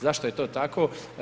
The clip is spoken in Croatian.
Zašto je to tako?